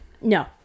No